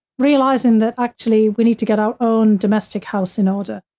realizing that actually, we need to get our own domestic house in order,